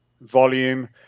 volume